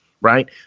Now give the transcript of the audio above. right